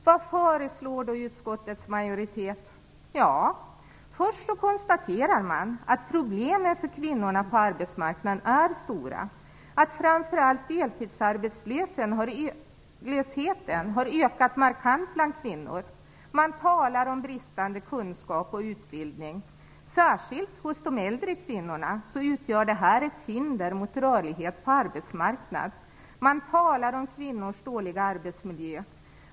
Vad föreslår utskottets majoritet? Jo, först konstaterar man att problemen för kvinnorna på arbetsmarknaden är stora och att framför allt deltidsarbetslösheten har ökat markant bland kvinnor. Man talar om bristande kunskap och utbildning. Särskilt hos de äldre kvinnorna utgör det här ett hinder mot rörlighet på arbetsmarknaden. Man talar om kvinnors dåliga arbetsmiljö.